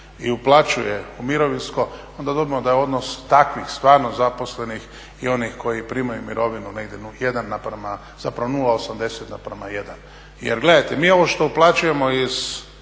i uplaćuje u mirovinsko, onda dobijemo da je odnos takvih stvarno zaposlenih i onih koji primaju mirovinu negdje 1 na prema, zapravo 0,80:1. Jer gledajte, mi ovo što uplaćujemo iz